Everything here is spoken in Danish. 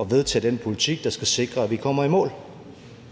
at vedtage den politik, der skal sikre, at vi kommer i mål.